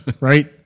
Right